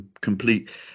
complete